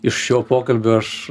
iš šio pokalbio aš